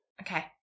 Okay